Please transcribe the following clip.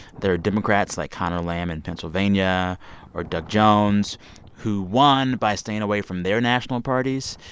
there are democrats like conor lamb in pennsylvania or doug jones who won by staying away from their national parties.